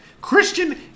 Christian